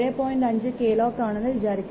5 KLOC ആണെന്ന് വിചാരിക്കുക